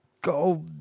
go